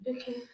Okay